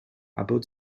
about